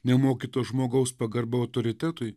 nemokyto žmogaus pagarba autoritetui